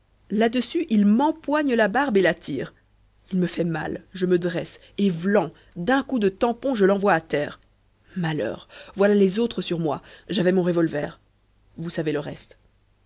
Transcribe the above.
là-dessus il m'empoigne la barbe et la tire il me fait mal je me dresse et v'lan d'un coup de tampon je l'envoie à terre malheur voilà les autres sur moi j'avais mon revolver vous savez le reste